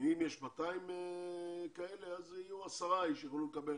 ואם יש 200 משפחות כאלה, יהיו עשרה שיוכלו לקבל